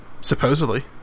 Supposedly